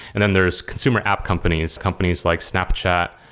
then there's consumer app companies, companies like snapchat,